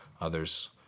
others